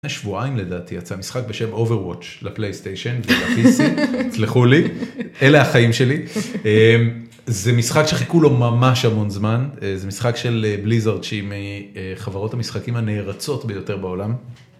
שבועיים לדעתי יצא משחק בשם overwatch לפלייסטיישן סלחו לי אלה החיים שלי זה משחק שחיכו לו ממש המון זמן זה משחק של בליזרד שהיא מחברות המשחקים הנערצות ביותר בעולם.